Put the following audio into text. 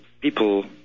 people